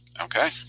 Okay